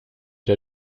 der